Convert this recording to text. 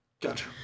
Gotcha